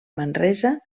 manresa